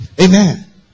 Amen